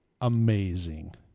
amazing